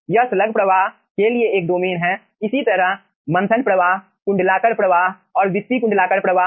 यह स्लग प्रवाह के लिए एक डोमेन हैइसी तरह मंथन प्रवाह कुंडलाकार प्रवाह और विस्पी कुंडलाकार प्रवाह